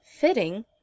Fitting